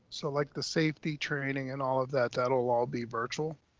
so like the safety training and all of that, that'll all be virtual.